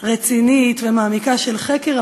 רצינית ומעמיקה של חקר,